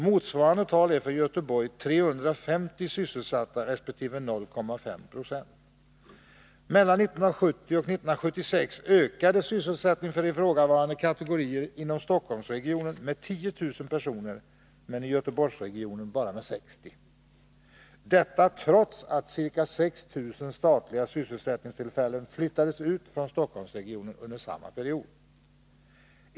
Motsvarande tal är för Göteborg 350 sysselsatta, resp. 0,5 20. Mellan 1970 och 1976 ökade sysselsättningen för ifrågavarande kategorier inom Stockholmsregionen med 10 000 personer men i Göteborgsregionen med bara 60 personer, detta trots att ca 6 000 statliga sysselsättningstillfällen flyttades ut från Stockholmsregionen under samma period.